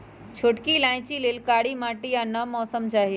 छोटकि इलाइचि लेल कारी माटि आ नम मौसम चाहि